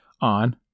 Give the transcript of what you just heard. on